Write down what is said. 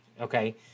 Okay